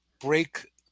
break